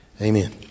Amen